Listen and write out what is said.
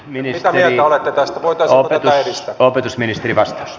mitä mieltä olette tästä voitaisiinko tätä edistää